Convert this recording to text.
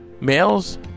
males